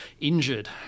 injured